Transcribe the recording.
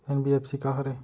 NBFC का हरे?